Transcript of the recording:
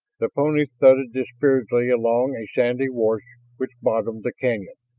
the ponies thudded dispiritedly along a sandy wash which bottomed the canyon.